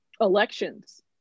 elections